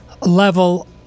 level